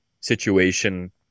situation